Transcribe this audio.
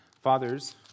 Fathers